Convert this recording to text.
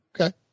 Okay